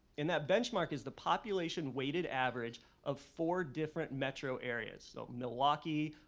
in that benchmark is the population waited average of four different metro areas. so milwaukee,